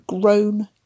grown